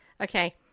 Okay